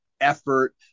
effort